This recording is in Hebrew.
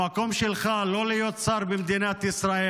המקום שלך הוא לא להיות שר במדינת ישראל.